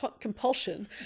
compulsion